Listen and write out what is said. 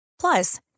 Plus